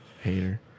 hater